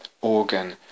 organ